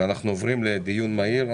אנחנו עוברים לדיון המהיר.